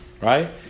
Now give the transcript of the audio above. right